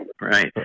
right